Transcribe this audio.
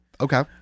Okay